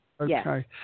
Okay